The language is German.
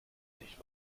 nicht